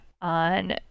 on